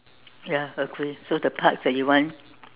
ya agree so the parts that you want